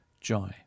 joy